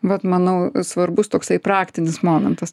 vat manau svarbus toksai praktinis momentas